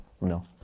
No